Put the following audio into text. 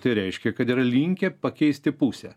tai reiškia kad yra linkę pakeisti pusę